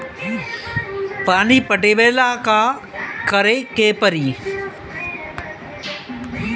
पानी पटावेला का करे के परी?